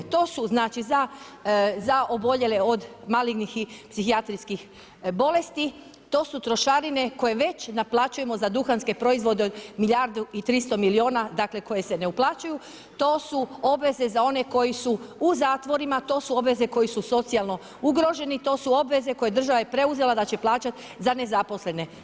To su za oboljele od malignih i psihijatrijskih bolesti, to su trošarine koje već naplaćujemo za duhanske proizvode od milijardu i 300 milijuna koje se ne uplaćuju, to su obveze za one koji su u zatvorima, to su obveze koji su socijalno ugroženi, to su obveze koje je država preuzela da će plaćati za nezaposlene.